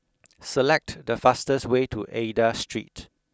select the fastest way to Aida Street